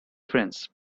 friends